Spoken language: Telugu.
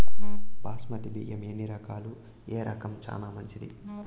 బాస్మతి బియ్యం ఎన్ని రకాలు, ఏ రకం చానా మంచిది?